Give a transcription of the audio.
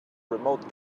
remote